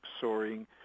soaring